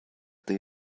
they